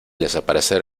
desaparecer